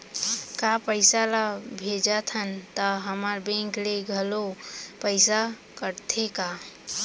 का पइसा ला भेजथन त हमर बैंक ले घलो पइसा कटथे का?